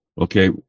Okay